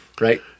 right